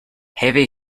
heavy